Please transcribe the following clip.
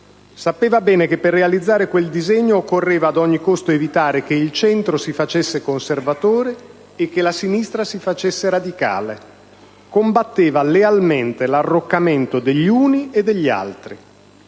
Sapeva bene che per realizzare quel disegno occorreva ad ogni costo evitare che il centro si facesse conservatore e che la sinistra si facesse radicale. Combatteva lealmente l'arroccamento degli uni e degli altri.